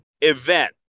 event